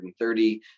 130